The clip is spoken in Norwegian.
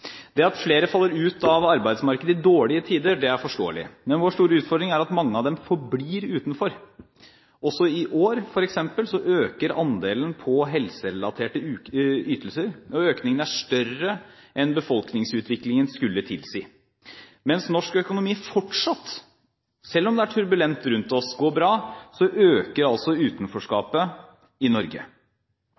Det at flere faller ut av arbeidsmarkedet i dårlige tider, er forståelig. Men vår store utfordring er at mange av dem forblir utenfor. Også i år, f.eks., øker andelen på helserelaterte ytelser. Økningen er større enn befolkningsutviklingen skulle tilsi. Mens norsk økonomi fortsatt – selv om det er turbulent rundt oss – går bra, øker altså utenforskapet i Norge.